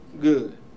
good